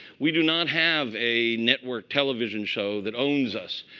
we do not have a network television show that owns us.